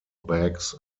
bags